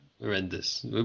Horrendous